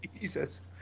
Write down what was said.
Jesus